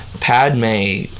Padme